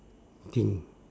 thing